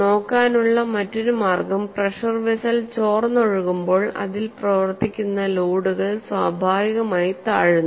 നോക്കാനുള്ള മറ്റൊരു മാർഗ്ഗംപ്രെഷർ വെസൽ ചോർന്നൊഴുകുമ്പോൾ അതിൽ പ്രവർത്തിക്കുന്ന ലോഡുകൾ സ്വാഭാവികമായി താഴുന്നു